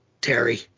Terry